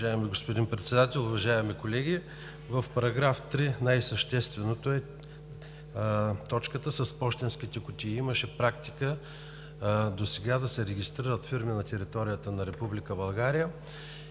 В § 3 най-същественото е точката с пощенските кутии. Имаше практика досега да се регистрират фирми на територията на